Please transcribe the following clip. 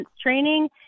training